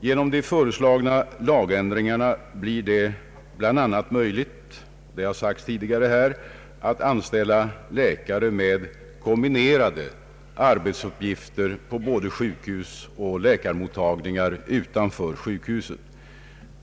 Genom de föreslagna lagändringarna blir det bl.a. möjligt — det har sagts tidigare här — att anställa läkare med kombinerade arbetsuppgifter på både sjukhus och läkarmottagningar utanför sjukhuset.